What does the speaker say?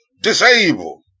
disabled